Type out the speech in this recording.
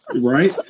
Right